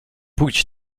pójdź